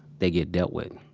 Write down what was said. they get dealt with.